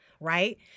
Right